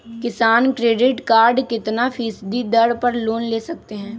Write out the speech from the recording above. किसान credit card कितना फीसदी दर पर लोन ले सकते हैं?